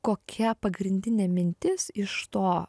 kokia pagrindinė mintis iš to